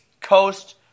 Coast